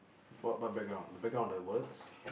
what what background the background the words